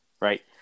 right